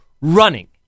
running